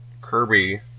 Kirby